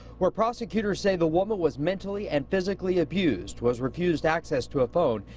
where prosecutors say the woman was mentally and physically abused, was refused access to a phone,